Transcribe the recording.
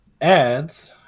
ads